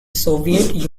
soviet